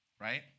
right